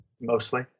mostly